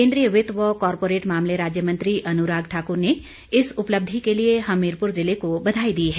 केंद्रीय वित्त व कॉरपोरेट मामले राज्य मंत्री अनुराग ठाकुर ने इस उपलब्धि के लिए हमीरपुर जिले को बधाई दी है